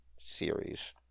series